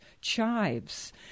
chives